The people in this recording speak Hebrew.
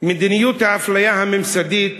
מדיניות האפליה הממסדית